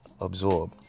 absorb